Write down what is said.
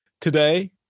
Today